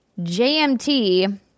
JMT